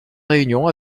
réunion